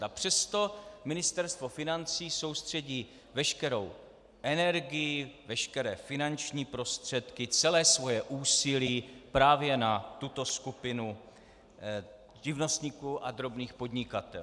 A přesto Ministerstvo financí soustředí veškerou energii, veškeré finanční prostředky, celé své úsilí právě na tuto skupinu živnostníků a drobných podnikatelů.